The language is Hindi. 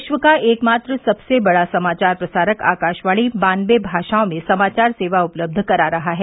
विश्व का एकमात्र सबसे बड़ा समाचार प्रसारक आकाशवाणी बान्नवे भाषाओं में समाचार सेवा उपलब्ध करा रहा है